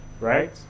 Right